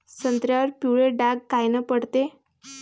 संत्र्यावर पिवळे डाग कायनं पडते?